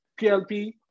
PLP